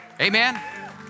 Amen